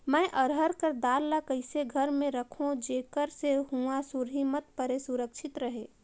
मैं अरहर कर दाल ला कइसे घर मे रखों जेकर से हुंआ सुरही मत परे सुरक्षित रहे?